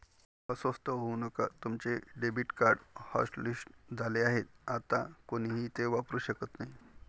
अस्वस्थ होऊ नका तुमचे डेबिट कार्ड हॉटलिस्ट झाले आहे आता कोणीही ते वापरू शकत नाही